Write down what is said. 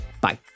Bye